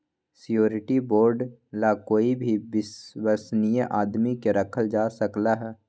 surety bond ला कोई भी विश्वस्नीय आदमी के रखल जा सकलई ह